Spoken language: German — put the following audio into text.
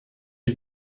die